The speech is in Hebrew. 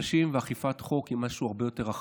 אנשים ואכיפת חוק זה משהו הרבה יותר רחב.